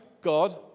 God